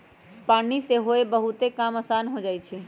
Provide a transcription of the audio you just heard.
पानी होय से बहुते काम असान हो जाई छई